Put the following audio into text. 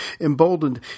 Emboldened